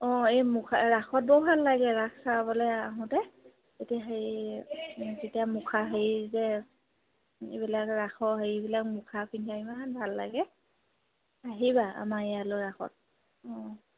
অঁ এই মুখা ৰাসত বৰ ভাল লাগে ৰাস চাবলৈ আহোঁতে এতিয়া হেৰি যেতিয়া মুখা হেৰি যে এইবিলাক ৰাসৰ হেৰিবিলাক মুখা পিন্ধায় মানে ভাল লাগে আহিবা আমাৰ ইয়ালৈ ৰাসত অঁ